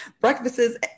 Breakfasts